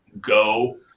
go